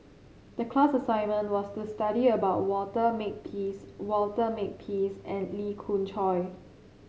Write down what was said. the class assignment was to study about Walter Makepeace Walter Makepeace and Lee Khoon Choy